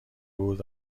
بود